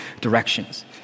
directions